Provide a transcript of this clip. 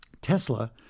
Tesla